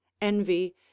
envy